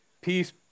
peace